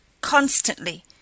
constantly